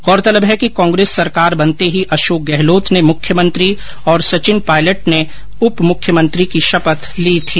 गौरतलब है कि कांग्रेस सरकार बनते ही अशोक गहलोत ने मुख्यमंत्री तथा सचिन पायलट ने उप मुख्यमंत्री की शपथ ली थी